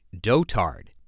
dotard